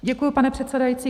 Děkuji, pane předsedající.